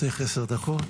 לרשותך עשר דקות.